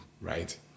right